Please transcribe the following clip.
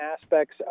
aspects